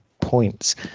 points